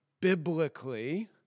biblically